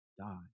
die